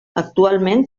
actualment